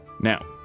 Now